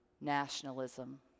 nationalism